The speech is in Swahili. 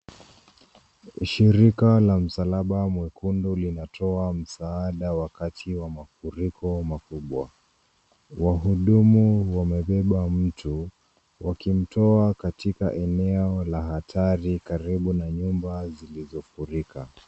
Shirika la msalaba mwekundu linatoa msaada wakati wa mafuriko makubwa. Wahudumu wamebeba mtu wakimtoa katika eneo la hatari karibu na nyumba zilizofurika.